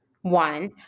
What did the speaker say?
one